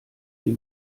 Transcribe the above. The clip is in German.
die